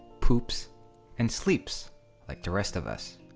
poops and sleeps like the rest of us.